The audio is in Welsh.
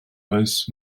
oes